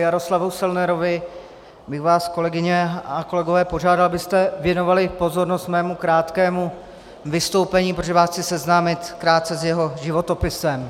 Jaroslavu Selnerovi bych vás, kolegyně a kolegové, požádal, abyste věnovali pozornost mému krátkému vystoupení, protože vás chci seznámit krátce s jeho životopisem.